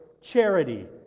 charity